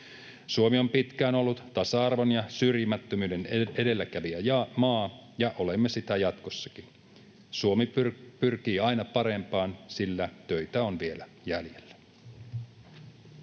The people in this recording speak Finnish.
Suomi on pitkään ollut tasa-arvon ja syrjimättömyyden edelläkävijämaa, ja olemme sitä jatkossakin. Suomi pyrkii aina parempaan, sillä töitä on vielä jäljellä.